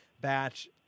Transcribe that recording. batch